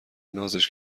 نازش